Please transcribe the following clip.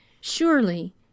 Surely